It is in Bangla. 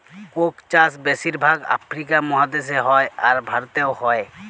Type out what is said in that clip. কোক চাষ বেশির ভাগ আফ্রিকা মহাদেশে হ্যয়, আর ভারতেও হ্য়য়